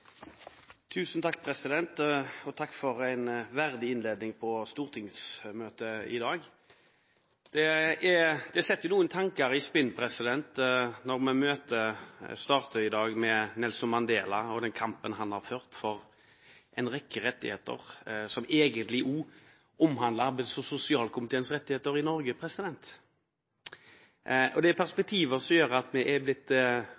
Takk, president, for en verdig innledning på stortingsmøtet i dag. Det setter noen tanker i spinn når møtet i dag starter med Nelson Mandela og den kampen han har ført for en rekke rettigheter, som egentlig også omhandler rettighetene arbeids- og sosialkomiteen arbeider med i Norge. Det er perspektiver som gjør at vi ser at vi har det